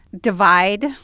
divide